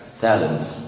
talents